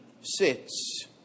sits